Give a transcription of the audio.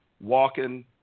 walking